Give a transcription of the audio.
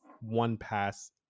one-pass